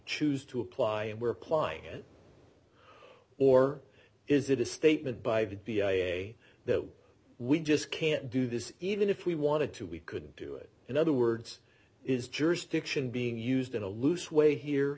choose to apply and we're applying it or is it a statement by the way that we just can't do this even if we wanted to we could do it in other words is jurisdiction being used in a loose way here